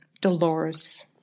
Dolores